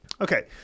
Okay